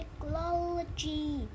technology